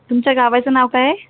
तुमच्या गावाचं नाव काय आहे